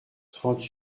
trente